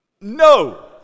No